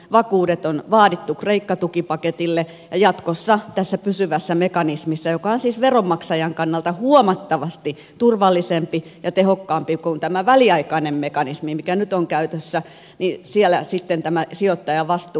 vakuudet on vaadittu kreikka tukipaketille ja jatkossa tässä pysyvässä mekanismissa joka on siis veronmaksajan kannalta huomattavasti turvallisempi ja tehokkaampi kuin tämä väliaikainen mekanismi mikä nyt on käytössä tämä sijoittajavastuu